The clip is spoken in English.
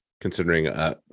considering